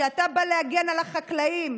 כשאתה בא להגן על החקלאים,